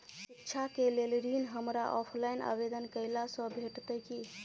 शिक्षा केँ लेल ऋण, हमरा ऑफलाइन आवेदन कैला सँ भेटतय की?